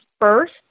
first